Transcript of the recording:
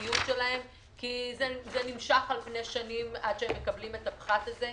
הציוד שלהם כי זה נמשך על פני שנים עד שהם מקבלים את הפחת הזה.